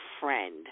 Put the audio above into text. friend